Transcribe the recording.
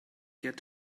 get